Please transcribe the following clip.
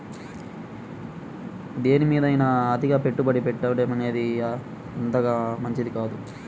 దేనిమీదైనా అతిగా పెట్టుబడి పెట్టడమనేది అంతగా మంచిది కాదు